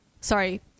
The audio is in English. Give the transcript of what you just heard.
sorry